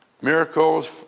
miracles